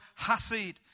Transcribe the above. hasid